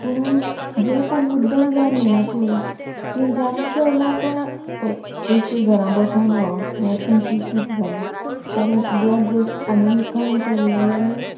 पूण जें कोण मुद्दम जावन येना पय तिंच्यानी खंय ना खंय पय एक तर घरा बसोन रावप हे तेंचे चूक जाले कारण ते जर आनी खंय काम केल्ले जाल्यार